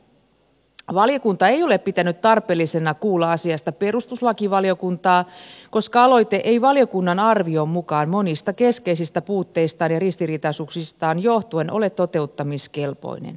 valiokunta ei ole pitänyt tarpeellisena kuulla asiasta perustuslakivaliokuntaa koska aloite ei valiokunnan arvion mukaan monista keskeisistä puutteistaan ja ristiriitaisuuksistaan johtuen ole toteuttamiskelpoinen